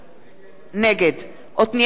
נגד עתניאל שנלר,